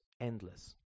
endless